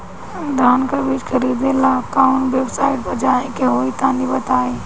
धान का बीज खरीदे ला काउन वेबसाइट पर जाए के होई तनि बताई?